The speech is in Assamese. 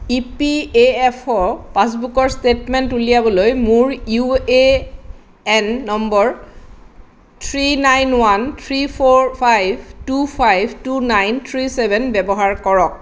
E P A F O পাছবুকৰ ষ্টেটমেণ্ট উলিয়াবলৈ মোৰ U A N number three nine one three four five two five two nine three seven ব্যৱহাৰ কৰক